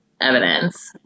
evidence